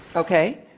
okay,